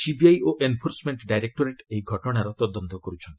CBI ଓ enforcement directorate ଏହି ଘଟଣାର ତଦନ୍ତ କରୁଛନ୍ତି